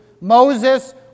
Moses